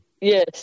Yes